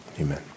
amen